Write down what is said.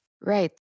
Right